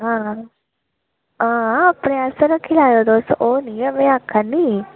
आं आं पैसे रक्खी लैयो तुस ओह् निं में आक्खा करनी